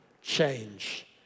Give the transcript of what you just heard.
change